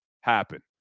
happen